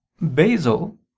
Basil